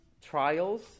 trials